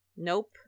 Nope